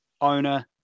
owner